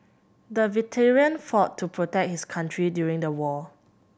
the veteran fought to protect his country during the war